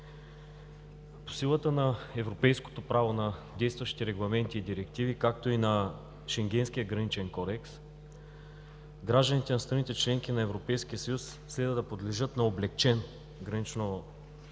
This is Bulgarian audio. По силата на европейското право на действащите регламенти и директиви, както и на Шенгенския граничен кодекс, гражданите на страните – членки на Европейския съюз следва да подлежат на облекчен граничен